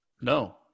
No